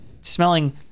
smelling